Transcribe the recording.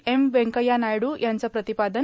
M Venkaiah Naidu याचं प्रतिपादन